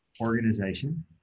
organization